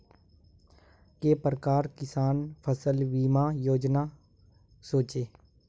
के प्रकार किसान फसल बीमा योजना सोचें?